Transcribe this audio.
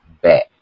back